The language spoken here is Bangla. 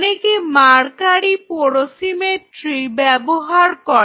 অনেকে মার্কারি পোরোসিমেট্রি ব্যবহার করে